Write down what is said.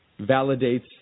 validates